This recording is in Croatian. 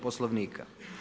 Poslovnika.